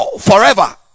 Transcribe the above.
Forever